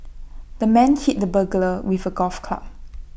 the man hit the burglar with A golf club